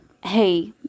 Hey